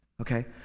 okay